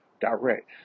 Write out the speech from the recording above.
direct